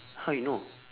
how you know